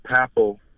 papal